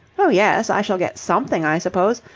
oh, yes, i shall get something, i suppose.